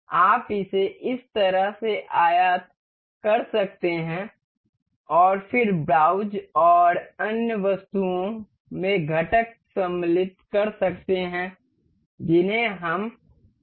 आप इसे इस तरह से आयात कर सकते हैं और फिर ब्राउज़ और अन्य वस्तुओं में घटक सम्मिलित कर सकते हैं जिन्हें हम शामिल करना चाहते हैं